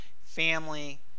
family